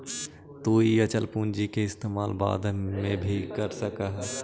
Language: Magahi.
तु इ अचल पूंजी के इस्तेमाल बाद में भी कर सकऽ हे